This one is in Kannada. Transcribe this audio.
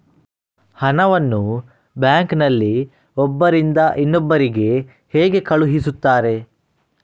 ಹಣವನ್ನು ಬ್ಯಾಂಕ್ ನಲ್ಲಿ ಒಬ್ಬರಿಂದ ಇನ್ನೊಬ್ಬರಿಗೆ ಹೇಗೆ ಕಳುಹಿಸುತ್ತಾರೆ?